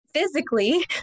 physically